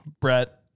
Brett